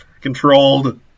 controlled